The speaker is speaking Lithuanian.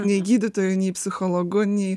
nei gydytoju nei psichologu nei